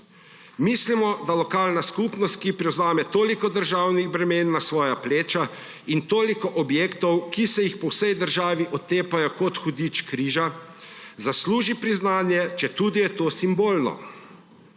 Mislimo, da lokalna skupnost, ki prevzame toliko državnih bremen na svoja pleča in toliko objektov, ki se jih po vsej državi otepajo kot hudič križa, zasluži priznanje, četudi je to simbolno.